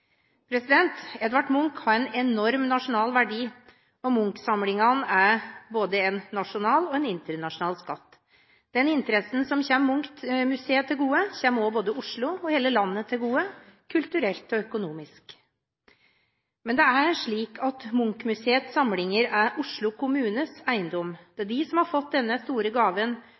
på. Edvard Munch har en enorm nasjonal verdi, og Munch-samlingene er både en nasjonal og en internasjonal skatt. Den interessen som kommer Munch-museet til gode, kommer også både Oslo og hele landet til gode kulturelt og økonomisk. Men det er slik at Munch-museets samlinger er Oslo kommunes eiendom. Det er de som har fått denne store gaven,